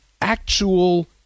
actual